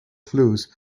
clues